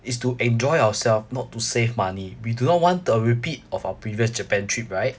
it's to enjoy ourself not to save money we do not want a repeat of our previous japan trip right